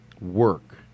work